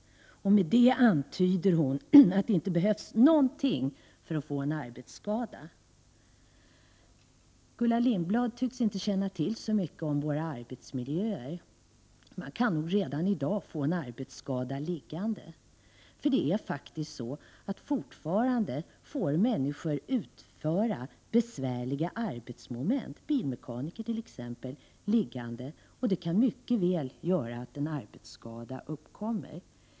Med detta antyder hon att det inte behövs någonting för att få en arbetsskada. Gullan Lindblad tycks inte känna till så mycket om våra arbetsmiljöer. Man kan nog redan i dag få en arbetsskada liggande, för det är faktiskt så att människor fortfarande måste utföra besvärliga arbetsmoment liggande — t.ex. bilmekaniker — vilket mycket väl kan medföra att en arbetsskada uppstår.